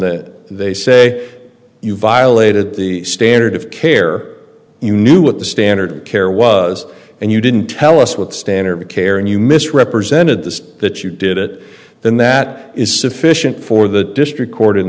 that they say you violated the standard of care you knew what the standard care was and you didn't tell us what standard of care and you misrepresented this that you did it then that is sufficient for the district court in